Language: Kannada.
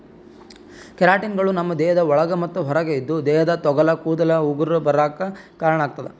ಕೆರಾಟಿನ್ಗಳು ನಮ್ಮ್ ದೇಹದ ಒಳಗ ಮತ್ತ್ ಹೊರಗ ಇದ್ದು ದೇಹದ ತೊಗಲ ಕೂದಲ ಉಗುರ ಬರಾಕ್ ಕಾರಣಾಗತದ